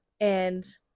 and-